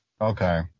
Okay